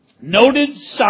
Noted